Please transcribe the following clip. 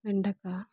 வெண்டைக்காய்